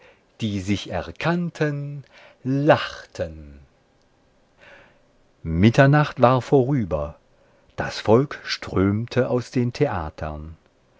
die sich erkannten lachten mitternacht war vorüber das volk strömte aus den theatern